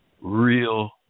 real